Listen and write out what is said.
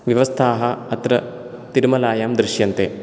व्यवस्थाः अत्र तिरुमलायां दृश्यन्ते